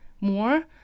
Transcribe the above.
more